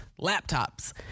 laptops